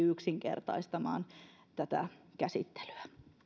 yksinkertaistamaan tätä käsittelyä